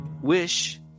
wish